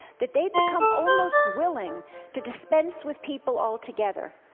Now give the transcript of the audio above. that they've become almost willing to dispense with people altogether.